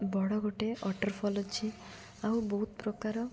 ବଡ଼ ଗୋଟେ ୱାଟର୍ଫଲ୍ ଅଛି ଆଉ ବହୁତ ପ୍ରକାର